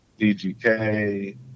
DGK